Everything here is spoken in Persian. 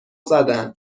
زدن